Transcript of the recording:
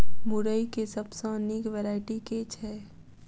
मुरई केँ सबसँ निक वैरायटी केँ छै?